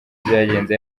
byagenze